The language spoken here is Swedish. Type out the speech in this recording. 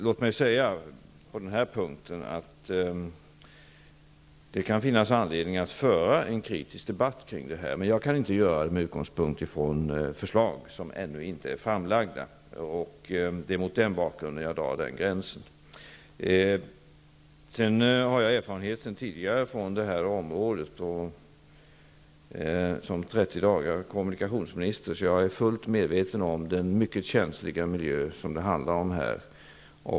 Låt mig säga att det kan finnas anledning att föra en kritisk debatt kring detta. Men jag kan inte göra det med utgångspunkt i förslag som ännu inte är framlagda. Det är mot den bakgrunden jag drar gränsen. Jag har erfarenheter från detta område sedan tidigare, efter att ha varit kommunikationsminister i 30 dagar. Jag är fullt medveten om den känsliga miljö det här handlar om.